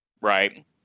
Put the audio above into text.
right